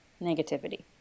Negativity